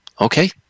Okay